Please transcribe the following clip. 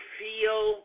feel